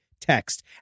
text